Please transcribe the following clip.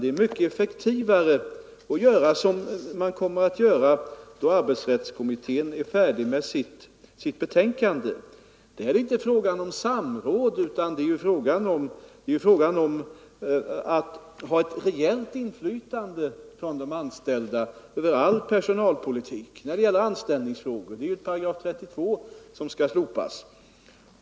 Det är mycket effektivare att göra som arbetsrättskommittén kommer att föreslå. Det är inte fråga om samråd utan om reellt inflytande från de anställda över all personalpolitik, t.ex. när det gäller anställningsfrågor. § 32 skall ju slopas.